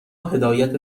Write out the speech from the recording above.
هدایت